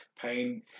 pain